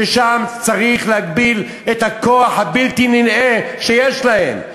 ששם צריך להגביל את הכוח הבלתי-נלאה שיש להן.